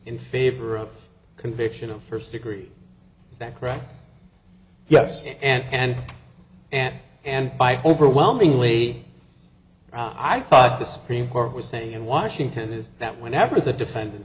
in favor of conviction of first degree is that correct yes and and and and by overwhelmingly i thought the supreme court was saying in washington is that whenever the defendant